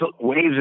Waves